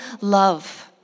love